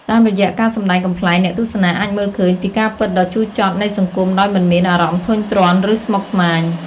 តាមរយៈការសម្ដែងកំប្លែង អ្នកទស្សនាអាចមើលឃើញពីការពិតដ៏ជូរចត់នៃសង្គមដោយមិនមាន អារម្មណ៍ធុញទ្រាន់ ឬស្មុគស្មាញ។